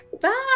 Bye